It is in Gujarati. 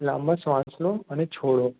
લાંબા શ્વાસ લો અને છોડો